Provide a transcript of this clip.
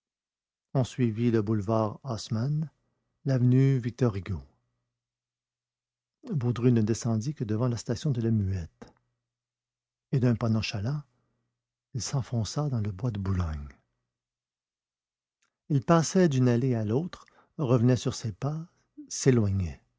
on suivit le boulevard haussmann l'avenue victor hugo baudru ne descendit que devant la station de la muette et d'un pas nonchalant il s'enfonça dans le bois de boulogne il passait d'une allée à l'autre revenait sur ses pas s'éloignait